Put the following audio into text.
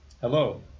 Hello